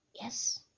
yes